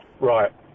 Right